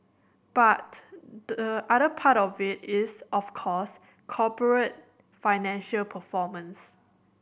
but the other part of it is of course corporate financial performance